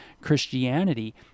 Christianity